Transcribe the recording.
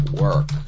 work